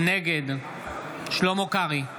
נגד שלמה קרעי,